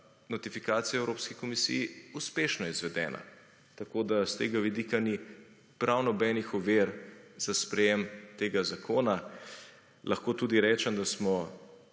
notifikacija o Evropski komisiji uspešno izvedena tako, da s tega vidika ni prav nobenih ovir za sprejem tega zakona. Lahko tudi rečem, da smo